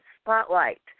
spotlight